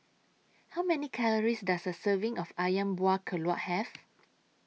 How Many Calories Does A Serving of Ayam Buah Keluak Have